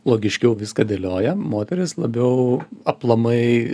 logiškiau viską dėlioja moterys labiau aplamai